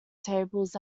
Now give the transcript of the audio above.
tables